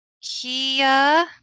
Kia